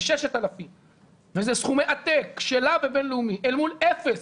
אלה 6,000. אלה סכומי עתק בין לאומי אל מול אפס.